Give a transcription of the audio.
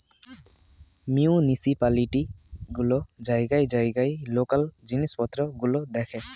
municipality গুলো জায়গায় জায়গায় লোকাল জিনিসপত্র গুলো দেখে